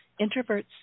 Introverts